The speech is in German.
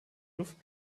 luft